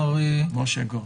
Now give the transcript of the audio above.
מר משה גורט.